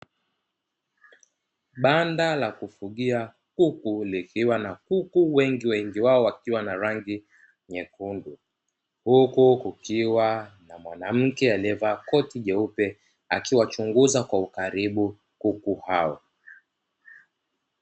Banda la kufugia kuku likiwa na kuku wengi, wengi wao wao wakiwa na rangi nyekundu. Huku kukiwa na mwanamke aliyevaa koti jeupe wakiwachunguza kwa ukaribu kuku hao.